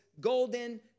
golden